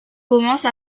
commence